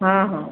ହଁ ହଁ